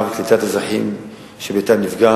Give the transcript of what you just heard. קליטת אוכלוסייה שביתה נפגע